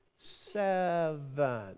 Seven